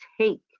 take